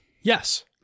Yes